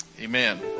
amen